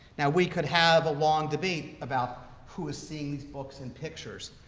now, we could have a long debate about who is seeing these books and pictures,